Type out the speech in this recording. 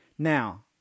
Now